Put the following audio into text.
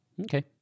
Okay